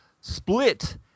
Split